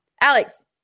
Alex